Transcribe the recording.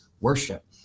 worship